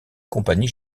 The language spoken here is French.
compagnies